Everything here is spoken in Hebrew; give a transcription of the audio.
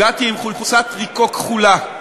הגעתי עם חולצת טריקו כחולה.